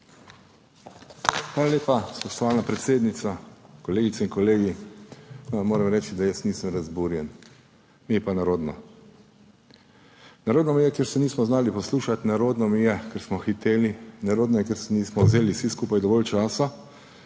Hvala lepa, spoštovana predsednica! Kolegice in kolegi! Moram reči, da jaz nisem razburjen, mi je pa nerodno. Nerodno mi je, ker se nismo znali poslušati, nerodno mi je, ker smo hiteli. Nerodno je, ker si nismo vzeli vsi skupaj dovolj časa,